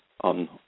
on